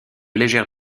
légères